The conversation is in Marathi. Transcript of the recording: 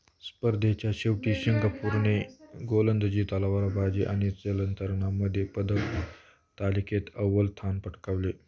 स्पर्धेच्या शेवटी सिंगापूरने गोलंदाजी तलवारबाजी आणि जलतरणामध्ये पद तालिकेत अव्वल स्थान पटकावले